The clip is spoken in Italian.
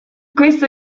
questo